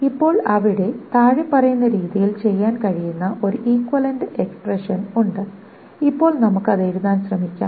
ഇപ്പോൾ അവിടെ താഴെ പറയുന്ന രീതിയിൽ ചെയ്യാൻ കഴിയുന്ന ഒരു ഇക്വിവാലെന്റ് എക്സ്പ്രെഷൻ ഉണ്ട് ഇപ്പോൾ നമുക്ക് അത് എഴുതാൻ ശ്രമിക്കാം